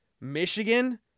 Michigan